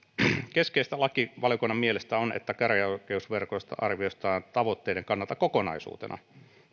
keskeistä lakivaliokunnan mielestä on että käräjäoikeusverkostoa arvioidaan tavoitteiden kannalta kokonaisuutena